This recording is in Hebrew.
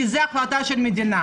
כי זו החלטה של המדינה.